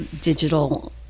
digital